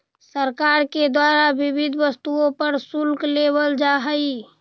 सरकार के द्वारा विविध वस्तु पर शुल्क लेवल जा हई